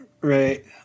Right